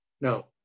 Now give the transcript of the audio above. No